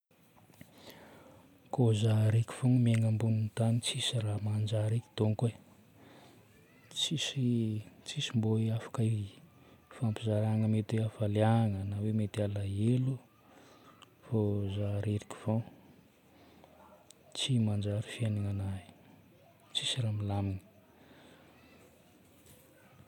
Koa za raiky fôgna miaigna ambonin'ny tany tsisy raha manjary eky donko e. Tsisy, tsisy mbô afaka ifampizaragna mety hoe hafaliagna na hoe mety alahelo fô za raiky fôgna, tsy manjary fiainan'anahy e. Tsisy raha milamina.